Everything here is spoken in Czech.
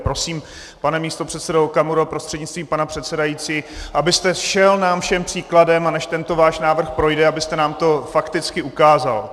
Prosím, pane místopředsedo Okamuro prostřednictvím pana předsedajícího, abyste šel nám všem příkladem, a než tento váš návrh projde, abyste nám to fakticky ukázal.